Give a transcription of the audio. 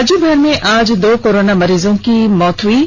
राज्य भर में आज दो कोरोना मरीजों की मौत हो गई है